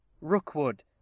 Rookwood